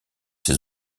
ses